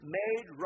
made